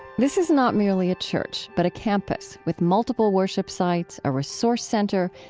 this is not merely a church, but a campus with multiple worship sites, a resource center,